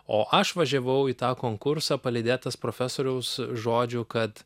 o aš važiavau į tą konkursą palydėtas profesoriaus žodžių kad